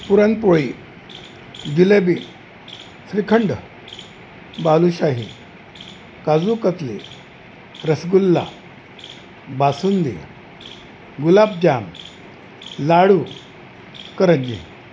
puran poli jalebi shrikhand balushahi kaju katli rasgulla basundi gulab jam laddu करंजी